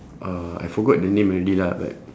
uh I forgot the name already lah but